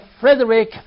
Frederick